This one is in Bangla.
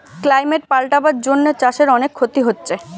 ক্লাইমেট পাল্টাবার জন্যে চাষের অনেক ক্ষতি হচ্ছে